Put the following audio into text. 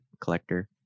collector